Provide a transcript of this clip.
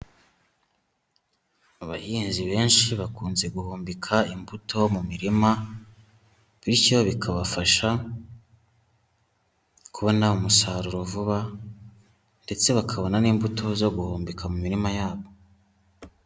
Abahinzi benshi bakunze guhumbika imbuto mu mirima, bityo bikabafasha kubona umusaruro vuba ndetse bakabona n'imbuto zo guhumbika mu mirima yabo.